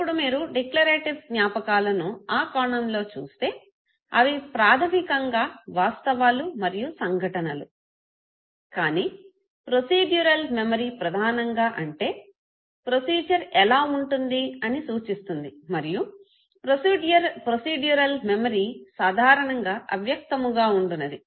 ఇప్పుడు మీరు డిక్లరేటివ్ జ్ఞాపకాలను ఆ కోణం లో చూస్తే అవి ప్రాథమికంగా వాస్తవాలు మరియు సంఘటనలు కానీ ప్రొసీడ్యురల్ మెమరీ ప్రధానంగా అంటే ప్రొసీజర్ ఎలా ఉంటుంది అని సూచిస్తుంది మరియు ప్రొసీడ్యురల్ మెమరీ సాధారణంగా అవ్యక్తముగా ఉండునది